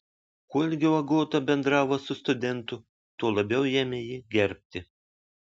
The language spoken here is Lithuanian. kuo ilgiau agota bendravo su studentu tuo labiau ėmė jį gerbti